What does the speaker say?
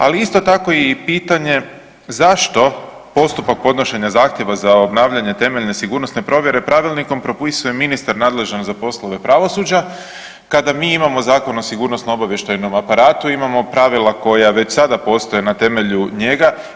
Ali isto tako i pitanje zašto postupak podnošenja zahtjeva za obnavljanje temeljne sigurnosne provjere pravilnikom propisuje ministar nadležan za poslove pravosuđa kada mi imamo Zakon o sigurnosno-obavještajnom aparatu, imamo pravila koja već sada postoje na temelju njega?